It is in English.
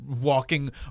walking